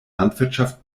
landwirtschaft